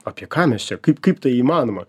apie ką mes čia kaip kaip tai įmanoma